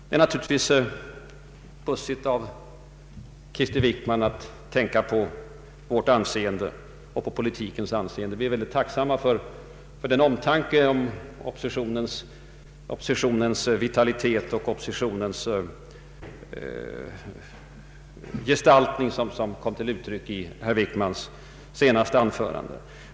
Det är naturligtvis hyggligt av statsrådet Wickman att tänka på vårt anseende och på politikens anseende. Vi är tacksamma för den omtanke om oppositionens vitalitet och image, som kom till uttryck i statsrådet Wickmans senaste anförande.